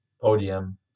podium